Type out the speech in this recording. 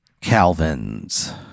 Calvin's